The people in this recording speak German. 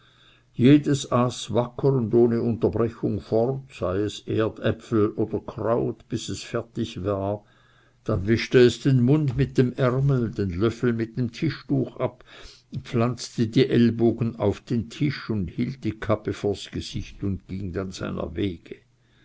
und ohne unterbrechung fort sei es erdäpfel oder kraut bis es fertig war dann wischte es den mund mit dem ärmel den löffel mit dem tischtuch ab pflanzte die ellbogen auf den tisch hielt die kappe vors gesicht und ging dann seiner wege